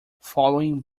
following